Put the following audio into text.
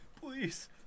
Please